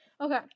Okay